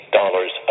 dollars